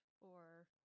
or-